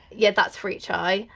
yeah that's for each eye.